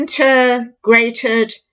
integrated